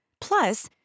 Plus